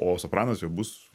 o sopranas jau bus